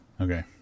Okay